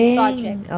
project